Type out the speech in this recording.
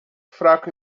fraco